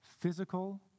physical